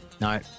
no